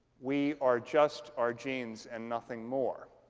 we are just our genes and nothing more.